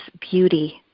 beauty